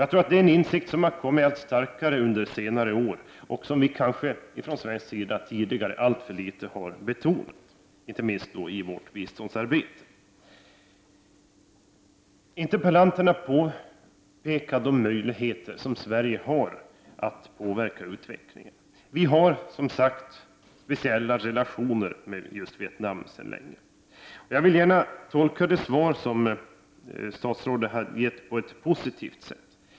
Jag tror att det är en insikt som blivit allt starkare under senare år och som vi från svensk sida kanske har betonat alltför litet tidigare, inte minst i vårt biståndsarbete. Interpellanten har påpekat de möjligheter som Sverige har att påverka utvecklingen. Vi har för det första som sagt sedan länge speciella relationer med just Vietnam. Jag vill gärna tolka det svar som statsrådet har lämnat på ett positivt sätt.